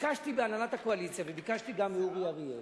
ביקשתי בהנהלת הקואליציה, וביקשתי גם מאורי אריאל,